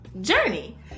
journey